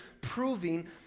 proving